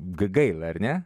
g gaila ar ne